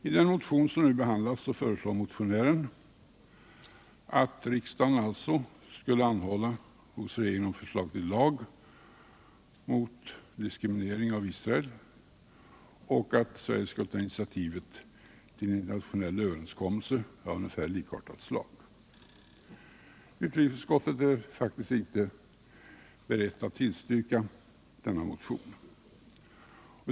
I den motion som nu behandlas föreslår motionären att riksdagen skulle anhålla hos regeringen om förslag till lag mot diskriminering av Israel och att Sverige skulle ta initiativet till en internationell överenskommelse av ungefär likartat slag. Utrikesutskottet är faktiskt inte berett att tillstyrka denna motion.